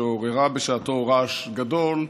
שעוררה בשעתו רעש גדול.